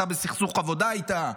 אתה בסכסוך עבודה איתה,